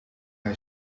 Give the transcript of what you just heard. hij